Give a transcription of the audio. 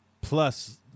Plus